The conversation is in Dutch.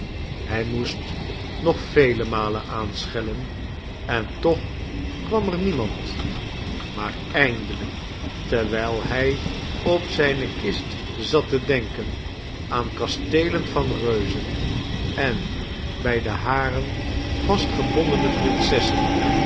hij moest nog vele malen aanschellen en toch kwam er niemand maar eindelijk terwijl hij op zijne kist zat te denken aan kasteelen van reuzen en bij de haren vastgebondene prinsessen